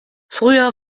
früher